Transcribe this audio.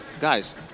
guys